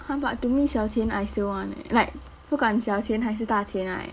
!huh! but to me 小钱 I still want eh like 不管小钱还是大钱 right